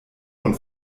von